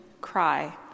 cry